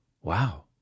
wow